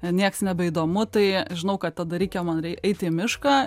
nieks nebeįdomu tai žinau kad tada reikia man reikia eiti į mišką